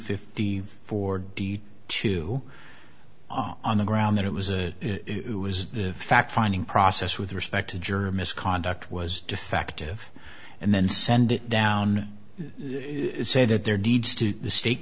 fifty four d two on the ground that it was a it was the fact finding process with respect to germany's conduct was defective and then send it down say that there needs to the state